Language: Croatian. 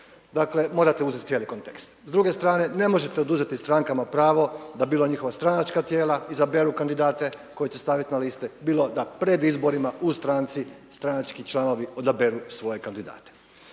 Dakle, morate uzeti cijeli kontekst. S druge strane, ne možete oduzeti strankama pravo da bilo njihova stranačka tijela izaberu kandidate koje će staviti na liste, bilo da pred izborima u stranci stranački članovi odaberu svoje kandidate.